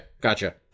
gotcha